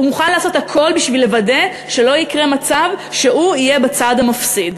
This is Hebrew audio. הוא מוכן לעשות הכול בשביל לוודא שלא יקרה מצב שהוא יהיה בצד המפסיד.